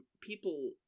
people